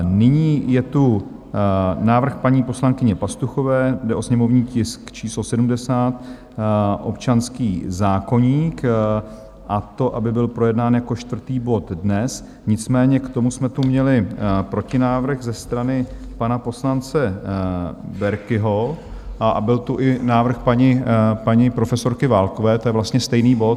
Nyní je tu návrh paní poslankyně Pastuchové, jde o sněmovní tisk číslo 70, občanský zákoník, a to, aby byl projednán jako čtvrtý bod dnes, nicméně k tomu jsme tu měli protinávrh ze strany pana poslance Berkiho, a byl tu i návrh paní profesorky Válkové, to je vlastně stejný bod.